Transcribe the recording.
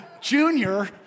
junior